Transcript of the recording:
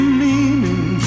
meaning